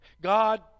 God